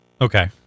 Okay